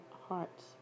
hearts